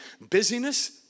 busyness